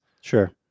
Sure